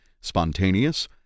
spontaneous